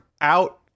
out